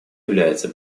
является